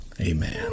Amen